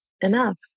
enough